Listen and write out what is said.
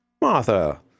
Martha